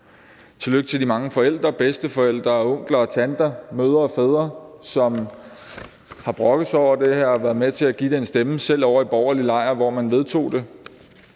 tillykke til de mange forældre, bedsteforældre, onkler og tanter, mødre og fædre, som har brokket sig over det her og har været med til at give det en stemme, selv ovre i den borgerlige lejr, hvor man vedtog det;